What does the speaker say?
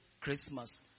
Christmas